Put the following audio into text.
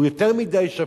הוא יותר מדי שפוי,